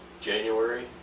January